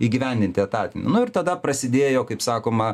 įgyvendinti etatinį nu ir tada prasidėjo kaip sakoma